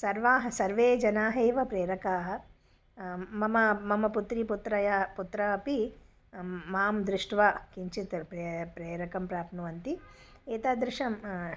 सर्वाः सर्वे जनाः एव प्रेरकाः मम मम पुत्री पुत्राय पुत्रापि मां दृष्ट्वा किञ्चित् प्रे प्रेरकं प्राप्नुवन्ति एतादृशं